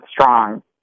strong